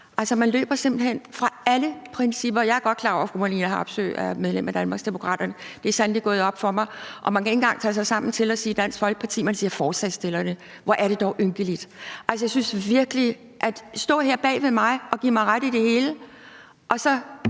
Altså, man løber simpelt hen fra alle principper. Jeg er godt klar over, at fru Marlene Harpsøe er medlem af Danmarksdemokraterne. Det er sandelig gået op for mig. Man kan ikke engang tage sig sammen til at sige »Dansk Folkeparti«; man siger »forslagsstillerne«. Hvor er det dog ynkeligt. Man står her bag ved mig og giver mig ret i det hele,